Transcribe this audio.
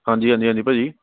ਹਾਂਜੀ ਹਾਂਜੀ ਹਾਂਜੀ ਭਾਅ ਜੀ